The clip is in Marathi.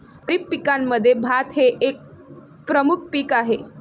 खरीप पिकांमध्ये भात हे एक प्रमुख पीक आहे